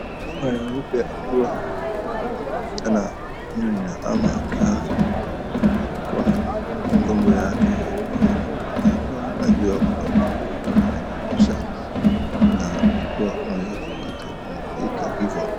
Mwanamke akiwa ananyonya ama akiwa kwa ng'ombe yake akiwa anatoa maziwa kwenye ng'ombe akiwa ananyunyiza ikiwa inaweza kukataa ama hivo.